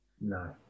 no